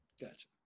Gotcha